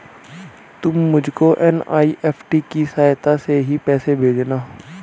तुम मुझको एन.ई.एफ.टी की सहायता से ही पैसे भेजना